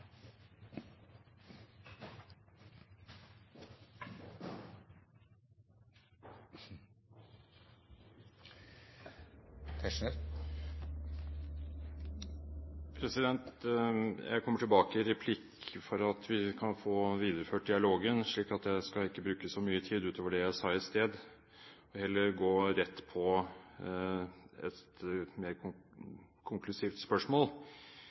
Jeg kommer tilbake i replikk, slik at vi kan få videreført dialogen. Jeg skal ikke bruke så mye tid utover det jeg sa i sted, men heller gå rett på et meget konklusivt spørsmål: